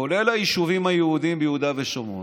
כולל היישובים היהודיים ביהודה ושומרון,